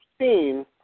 seen